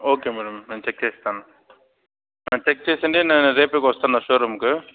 okay madam నేను check చేస్తాను check చేసుకుని నేను రేపే వస్తాను షో రూముకి